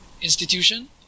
institution